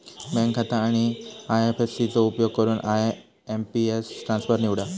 bank खाता आणि IFC चो उपयोग करून आय.एम.पी.एस ट्रान्सफर निवडा